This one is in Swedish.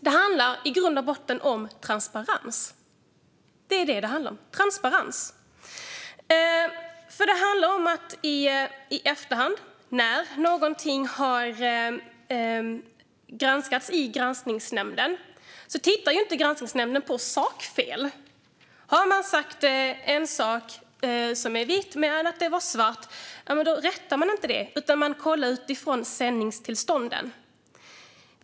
Det handlar i grund och botten om transparens. Det handlar om vad man gör i efterhand, när någonting har granskats i granskningsnämnden. Granskningsnämnden tittar inte på sakfel. Har man sagt att en sak var vit som var svart rättas inte det. Man granskar utifrån sändningstillstånden.